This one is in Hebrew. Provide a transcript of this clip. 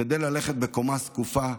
כדי ללכת בקומה זקופה,